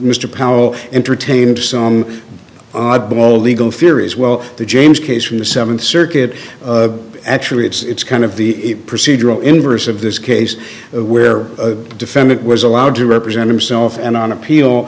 mr powell entertained some oddball legal theories well the james case from the seventh circuit actually it's kind of the procedural inverse of this case where a defendant was allowed to represent himself and i appeal